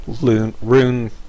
Rune